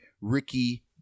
Ricky